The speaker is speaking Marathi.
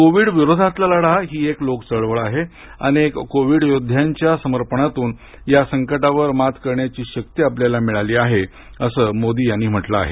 कोविड विरोधातला लढा ही एक लोकचळवळ आहे अनेक कोविड योद्ध्यांच्या समर्पणातून या संकटावर मात करण्याची शक्ती आपल्याला मिळाली आहे अस मोदी यांनी म्हटलं आहे